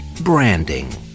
branding